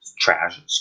Trash